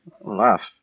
Laugh